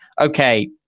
okay